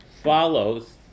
follows